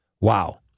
Wow